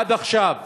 עד עכשיו